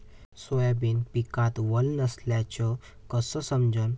Soybean पिकात वल नसल्याचं कस समजन?